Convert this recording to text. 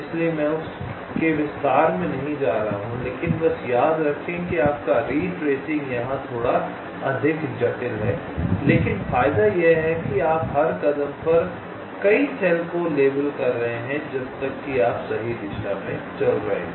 इसलिए मैं उस के विस्तार में नहीं जा रहा हूं लेकिन बस याद रखें कि आपका रिट्रेसिंग यहां थोड़ा अधिक जटिल है लेकिन फायदा यह है कि आप हर कदम पर आप कई सेल को लेबल कर रहे हैं जब तक कि आप सही दिशा में चल रहे हैं